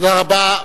תודה רבה.